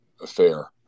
affair